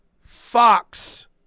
Fox